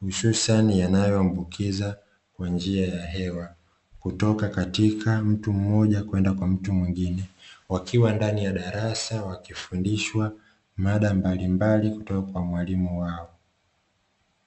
hususani yanayoambukiza kwa njia ya hewa, kutoka katika mtu mmoja kwenda kwa mtu mwingine. Wakiwa ndani ya darasa wakifundishwa mada mbalimbali kutoka kwa mwalimu wao.